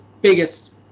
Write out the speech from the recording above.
biggest